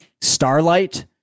Starlight